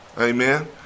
Amen